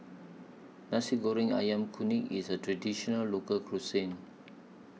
Nasi Goreng Ayam Kunyit IS A Traditional Local Cuisine